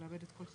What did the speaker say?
בסדר.